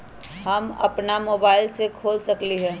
हम अपना मोबाइल से खोल सकली ह?